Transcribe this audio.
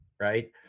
right